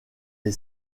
les